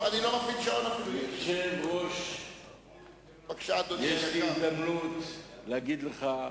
אדוני יושב-ראש הכנסת, אני רוצה להודות לך,